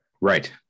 Right